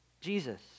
Jesus